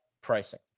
pricing